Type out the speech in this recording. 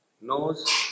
Nose